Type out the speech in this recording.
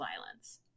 violence